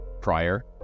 prior